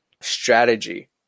strategy